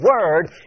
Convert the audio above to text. word